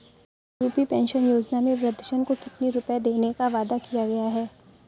UP pension योजना में वृद्धजन को कितनी रूपये देने का वादा किया गया है?